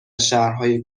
شهرهای